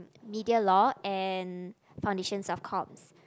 media law and foundations of course